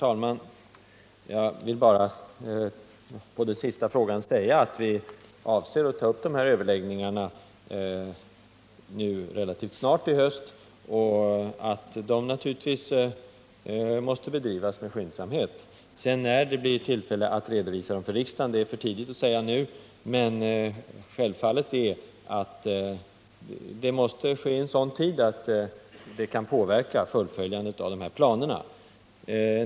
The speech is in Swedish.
Herr talman! När det gäller den sista frågan vill jag bara säga att vi avser att ta upp överläggningarna relativt snart i höst och att de naturligtvis måste bedrivas med skyndsamhet. När det blir tillfälle att redovisa dem för riksdagen är för tidigt att säga nu. Men självklart är att det måste ske i sådan tid att man kan påverka fullföljandet av planerna.